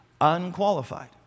unqualified